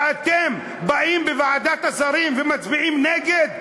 ואתם באים בוועדת השרים ומצביעים נגד?